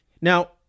Now